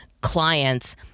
clients